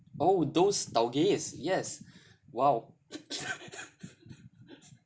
oh those tau gays yes !wow!